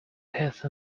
have